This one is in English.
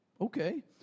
Okay